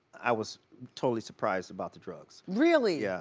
i was totally surprised about the drugs. really? yeah